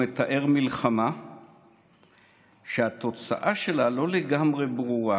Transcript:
הוא מתאר מלחמה שהתוצאה שלה לא לגמרי ברורה,